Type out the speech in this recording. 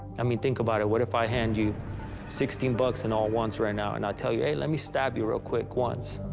i mean think about it, what if i hand you sixteen bucks in all one's right now and i tell you, hey let me stab you real quick, once.